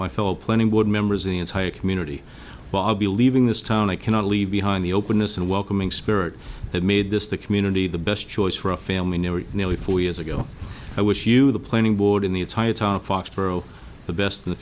my fellow planning board members in the entire community bobbie leaving this town i cannot leave behind the openness and welcoming spirit that made this the community the best choice for a family never nearly four years ago i wish you the planning board in the